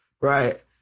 right